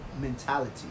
mentality